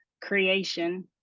creation